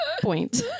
point